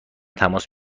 تماس